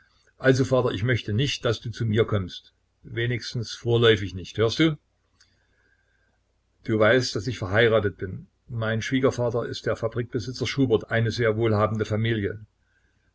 also vater ich möchte nicht daß du zu mir kommst wenigstens vorläufig nicht hörst du du weißt daß ich verheiratet bin mein schwiegervater ist der fabrikbesitzer schubert eine sehr wohlhabende familie